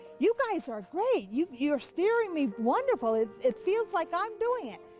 you guys are great. you're you're steering me wonderfuly, it feels like i'm doing it.